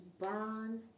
burn